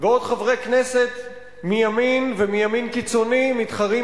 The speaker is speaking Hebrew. ועוד חברי כנסת מימין ומימין קיצוני מתחרים